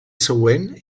següent